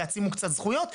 שיעצימו קצת זכויות,